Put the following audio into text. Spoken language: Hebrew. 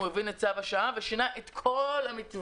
הוא הבין את צו השעה ושינה את כל המתווה.